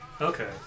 Okay